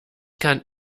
kann